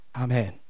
amen